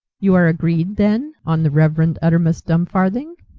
you are agreed, then, on the reverend uttermust dumfarthing?